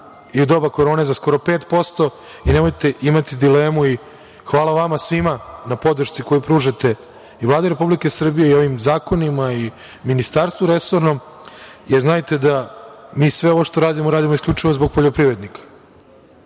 i u doba korone za skoro 5%. Nemojte imati dilemu i hvala vama svima na podršci koju pružate i Vladi Republike Srbije, i ovim zakonima, i resornom ministarstvu, jer znajte da mi sve ovo što radimo, radimo isključivo zbog poljoprivrednika,